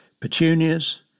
petunias